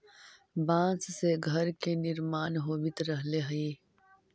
बाँस से घर के निर्माण होवित रहले हई